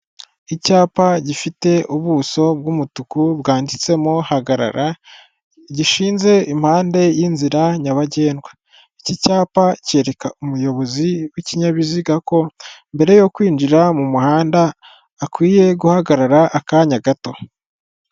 Icyapa gifite ubuso bw'umutuku bwanditsemo hagarara gishinze impande y'inzira nyabagendwa, iki cyapa cyereka umuyobozi w'ikinyabiziga ko mbere yo kwinjira mu muhanda akwiye guhagarara akanya gato.